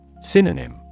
Synonym